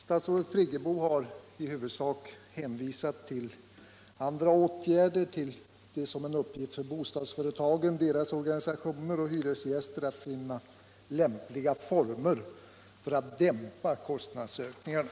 Statsrådet Friggebo har i huvudsak hänvisat till andra åtgärder och till att det är en uppgift för bostadsföretagen, deras organisationer och hyresgäster att finna lämpliga former för att dämpa kostnadshöjningarna.